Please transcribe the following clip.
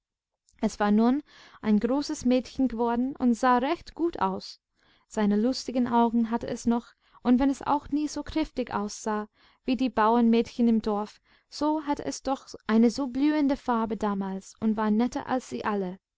es war nun ein großes mädchen geworden und sah recht gut aus seine lustigen augen hatte es noch und wenn es auch nie so kräftig aussah wie die bauernmädchen im dorf so hatte es doch eine so blühende farbe damals und war netter als sie alle